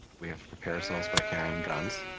we have to prepare ourselves by carrying guns.